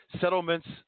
settlements